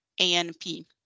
ANP